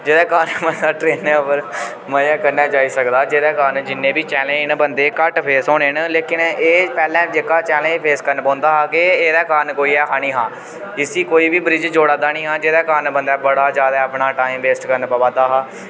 जेह्दे कारण बंदा ट्रेनै उप्पर मज़े कन्नै जाई सकदा जेह्दे कारण जि'न्ने बी चैलेंज न बंदे दे घट्ट फेस होने न लेकिन एह् पैह्लें जेह्का चैलेंज फेस करना पौंदा हा की एह्दे कारण कोई ऐ हा निं हा इसी कोई बी ब्रिज जोड़ा दा निं हा जेह्दे कारण बंदे बड़ा जादै अपना टाइम वेस्ट करना प'वा दा हा